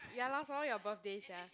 ya lor some more your birthday sia